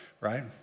right